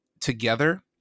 together